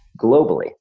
globally